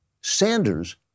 Sanders